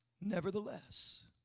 Nevertheless